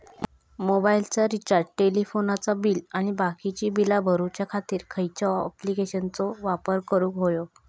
मोबाईलाचा रिचार्ज टेलिफोनाचा बिल आणि बाकीची बिला भरूच्या खातीर खयच्या ॲप्लिकेशनाचो वापर करूक होयो?